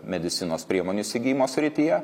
medicinos priemonių įsigijimo srityje